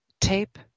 tape